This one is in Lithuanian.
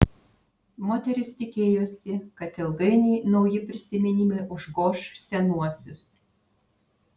moteris tikėjosi kad ilgainiui nauji prisiminimai užgoš senuosius